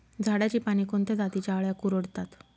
झाडाची पाने कोणत्या जातीच्या अळ्या कुरडतात?